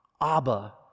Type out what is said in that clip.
abba